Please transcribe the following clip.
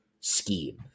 scheme